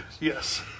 Yes